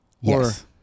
Yes